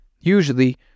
Usually